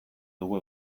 dugu